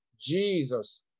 Jesus